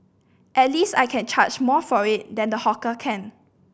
at least I can charge more for it than the hawker can